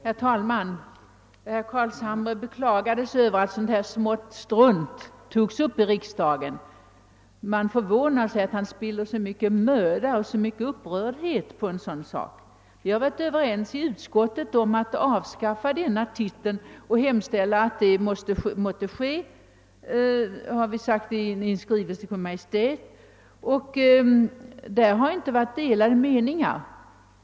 Herr talman! Herr Carlshamre beklagade sig över att sådant här smått strunt togs upp i riksdagen. Man förvånar sig då över att han spiller så mycken möda och så mycket upprördhet på en sådan sak. Vi har i utskottet varit överens om att avskaffa denna titel och i skrivelse till Kungl. Maj:t har vi hemställt om att detta måtte ske. Det har inte varit delade meningar om detta.